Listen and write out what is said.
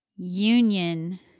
Union